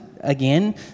Again